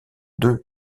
deux